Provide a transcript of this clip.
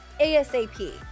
ASAP